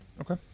Okay